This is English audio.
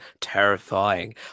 terrifying